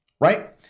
right